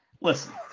listen